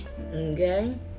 Okay